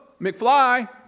McFly